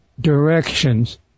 directions